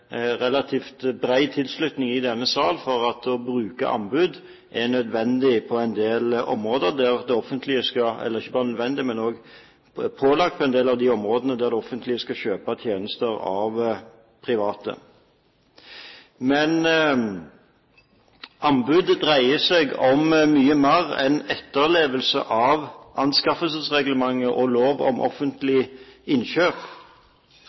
relativt bred tilslutning i denne sal for at det å bruke anbud er nødvendig – ikke bare nødvendig, men også pålagt – på en del områder der det offentlige skal kjøpe tjenester av private. Men anbud dreier seg om mye mer enn etterlevelse av anskaffelsesreglementet og lov om